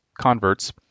converts